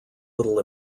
little